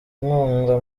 inkunga